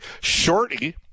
Shorty